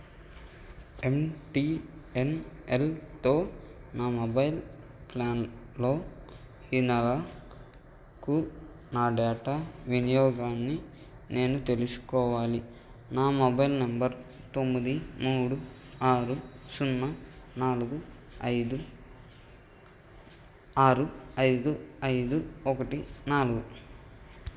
ఎంటీఎన్ఎల్తో నా మొబైల్ ప్లాన్లో ఈ నెల కు నా డేటా వినియోగాన్ని నేను తెలుసుకోవాలి నా మొబైల్ నెంబర్ తొమ్మిది మూడు ఆరు సున్నా నాలుగు ఐదు ఆరు ఐదు ఐదు ఒకటి నాలుగు